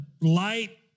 light